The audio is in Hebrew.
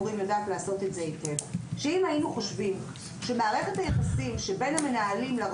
אם היינו חושבים שמערכת היחסים שבין המנהלים לבין